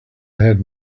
ahead